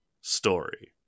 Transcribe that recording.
story